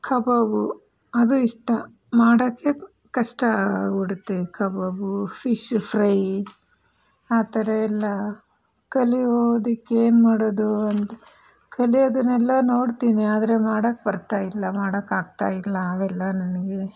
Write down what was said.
ಕಬಾಬು ಅದು ಇಷ್ಟ ಮಾಡೋಕ್ಕೆ ಕಷ್ಟ ಆಗ್ಬಿಡುತ್ತೆ ಕಬಾಬು ಫಿಶ್ ಫ್ರೈ ಆ ಥರ ಎಲ್ಲ ಕಲಿಯೋದಕ್ಕೆ ಏನು ಮಾಡೋದು ಅಂತ ಕಲಿಯೋದನ್ನೆಲ್ಲ ನೋಡ್ತೀನಿ ಆದರೆ ಮಾಡಕ್ಕೆ ಬರ್ತಾ ಇಲ್ಲ ಮಾಡಕ್ಕೆ ಆಗ್ತಾ ಇಲ್ಲ ಅವೆಲ್ಲ ನನಗೆ